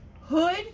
hood